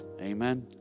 Amen